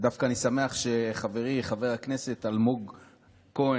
ודווקא אני שמח שחברי חבר הכנסת אלמוג כהן,